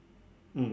mm